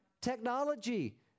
technology